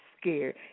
scared